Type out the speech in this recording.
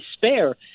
despair